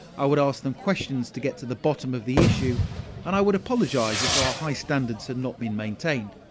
i would ask them questions to get to the bottom of the issue and i would apologize if our high standards had not been maintained.